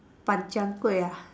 Ban Chang Kueh ah